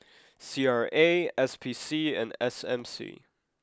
C R A S P C and S M C